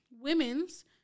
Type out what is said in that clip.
Women's